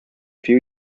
few